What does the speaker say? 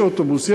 יש אוטובוס,